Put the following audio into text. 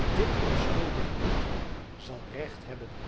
dit onschuldig bloed zal recht hebben